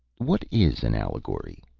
what is an allegory?